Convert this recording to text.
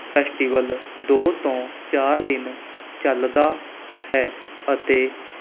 festival ਦੋ ਤੋਂ ਚਾਰ ਦਿਨ ਚੱਲਦਾ ਹੈ ਅਤੇ